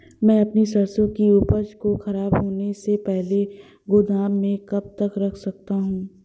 मैं अपनी सरसों की उपज को खराब होने से पहले गोदाम में कब तक रख सकता हूँ?